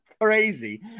crazy